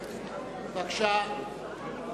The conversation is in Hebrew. בבקשה.